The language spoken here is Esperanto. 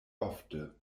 ofte